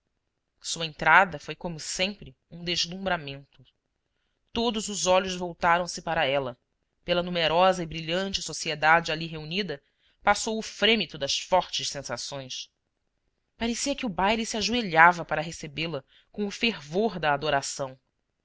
sua entrada foi como sempre um deslumbramento todos os olhos voltaram se para ela pela numerosa e brilhante sociedade ali reunida passou o frêmito das fortes sensações parecia que o baile se ajoelhava para recebê-la com o fervor da adoração